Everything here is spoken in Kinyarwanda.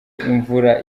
imvura